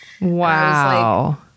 Wow